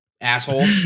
asshole